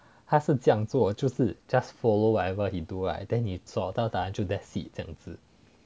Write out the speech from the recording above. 他是这样做就 just follow whatever he do right then 你找到答案就 that's it 这样子